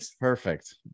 perfect